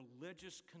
religious